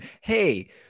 Hey